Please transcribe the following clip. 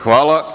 Hvala.